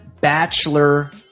bachelor